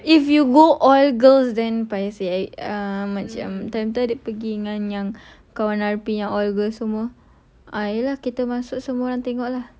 if you go all girls then paiseh eh err macam time kita pergi dengan yang kawan R_P yang all girls semua ah ya lah kita masuk semua orang tengok lah